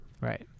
Right